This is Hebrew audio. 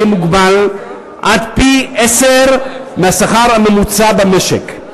יהיה מוגבל עד פי-עשרה מהשכר הממוצע במשק.